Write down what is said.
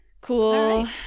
Cool